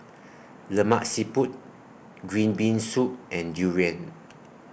Lemak Siput Green Bean Soup and Durian